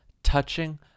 touching